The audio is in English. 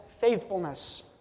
faithfulness